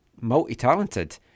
multi-talented